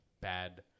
bad –